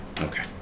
Okay